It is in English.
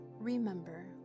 Remember